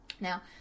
Now